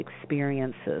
experiences